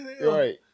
Right